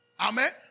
Amen